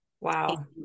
wow